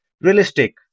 realistic